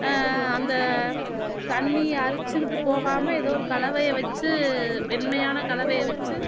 அந்த தண்ணி அரிச்சிக்கிட்டு போகாம எதோ ஒரு கலவையை வச்சு வெண்மையான கலவையை வச்சு